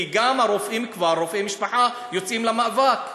כי גם הרופאים כבר, רופאי המשפחה יוצאים למאבק.